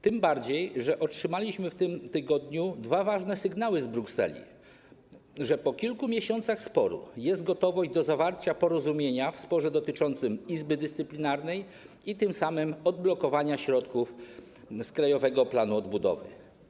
Tym bardziej że otrzymaliśmy w tym tygodniu dwa ważne sygnały z Brukseli, że po kilku miesiącach sporu jest gotowość do zawarcia porozumienia w sporze dotyczącym Izby Dyscyplinarnej i tym samym odblokowania środków z Krajowego Planu Odbudowy.